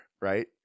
right